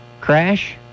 Crash